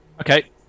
Okay